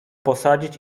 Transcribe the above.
posadzić